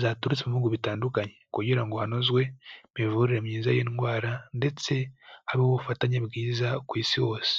zaturutse mu bihugu bitandukanye kugira ngo hanozwe imivure myiza y'indwara ndetse habeho ubufatanye bwiza ku isi hose.